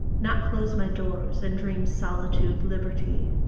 not close my doors and dream solitude liberty!